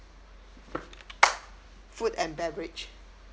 food and beverage